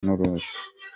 n’uruza